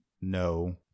No